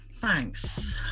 thanks